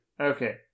Okay